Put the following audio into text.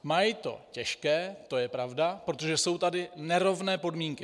Mají to těžké, to je pravda, protože jsou tady nerovné podmínky.